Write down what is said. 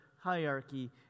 hierarchy